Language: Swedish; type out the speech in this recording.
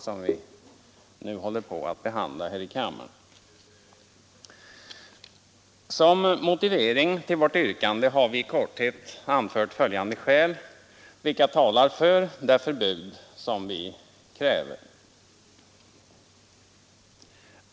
Som motivering för vårt yrkande har vi i korthet anfört följande skäl vilka talar för det förbud som vi kräver.